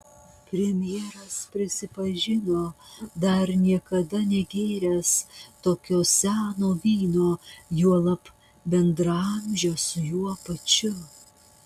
premjeras prisipažino dar niekada negėręs tokio seno vyno juolab bendraamžio su juo pačiu